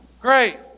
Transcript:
Great